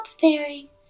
fairy